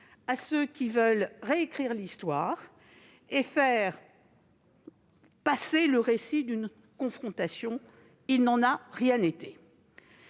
à ceux qui veulent réécrire l'histoire et faire passer le récit d'une confrontation- il n'en a rien été